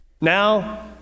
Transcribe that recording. Now